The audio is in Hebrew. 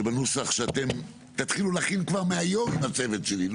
שבנוסח שאתם תתחילו להכין כבר מהיום עם הצוות שלי.